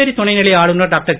புதுச்சேரி துணைநிலை ஆளுனர் டாக்டர்